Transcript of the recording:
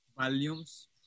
Volumes